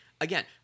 again